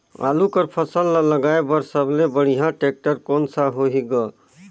आलू कर फसल ल लगाय बर सबले बढ़िया टेक्टर कोन सा होही ग?